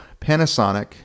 Panasonic